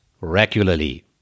regularly